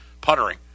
puttering